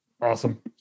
awesome